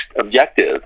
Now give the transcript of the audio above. objective